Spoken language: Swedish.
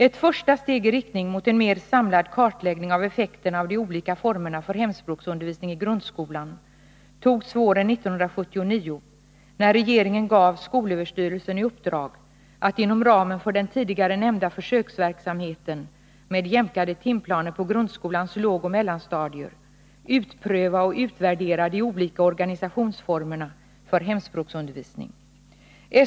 Ett första steg i riktning mot en mera samlad kartläggning av effekterna av de olika formerna för hemspråksundervisning i grundskolan togs våren 1979, när regeringen gav skolöverstyrelsen i uppdrag att inom ramen för den tidigare nämnda försöksverksamheten med jämkade timplaner på grundskolans lågoch mellanstadier utpröva och utvärdera de olika organisationsformerna för hemspråksundervisning.